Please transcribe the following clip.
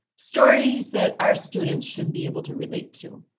stories that our students should be able to relate to.